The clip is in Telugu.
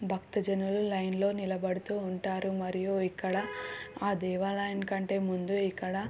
భక్తజనులు లైన్లో నిలబడుతూ ఉంటారు మరియు ఇక్కడ ఆ దేవాలయం కంటే ముందు ఇక్కడ